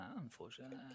unfortunately